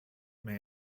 may